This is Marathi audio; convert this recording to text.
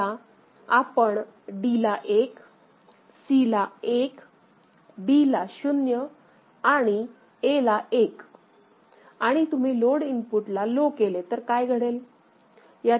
समजा आपण D ला 1 C ला 1 B ला 0 आणि A ला 1 आणि तुम्ही लोड इनपुटला लो केलेतर काय घडेल